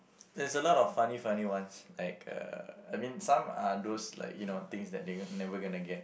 there's a lot of funny funny ones like uh I mean some are those like you know things that they never gonna get